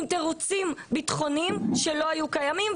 עם תירוצים ביטחוניים שלא היו קיימים.